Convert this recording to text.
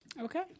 Okay